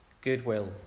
goodwill